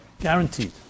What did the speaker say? guaranteed